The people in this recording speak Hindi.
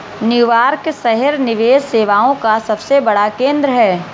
न्यूयॉर्क शहर निवेश सेवाओं का सबसे बड़ा केंद्र है